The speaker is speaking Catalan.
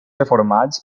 reformats